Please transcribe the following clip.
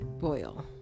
boil